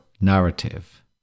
narrative